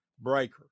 breaker